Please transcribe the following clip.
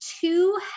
two